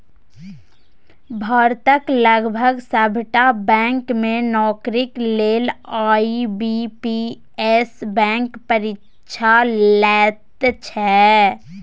भारतक लगभग सभटा बैंक मे नौकरीक लेल आई.बी.पी.एस बैंक परीक्षा लैत छै